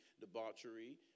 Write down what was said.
debauchery